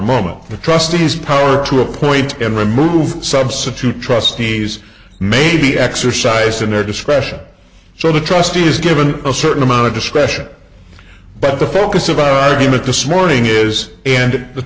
moment the trustees power to appoint and remove substitute trustees may be exercising their discretion so the trustees given a certain amount of discretion but the focus of our argument this morning is and the